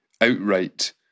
outright